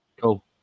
cool